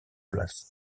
place